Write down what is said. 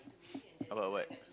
about what